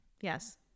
Yes